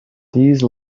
these